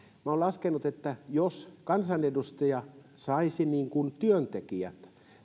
olen laskenut että jos kansanedustaja saisi niin kuin työntekijät